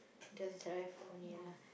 just drive only lah